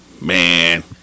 Man